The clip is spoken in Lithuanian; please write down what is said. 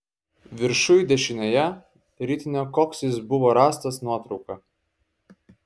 viršuj dešinėje ritinio koks jis buvo rastas nuotrauka